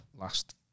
last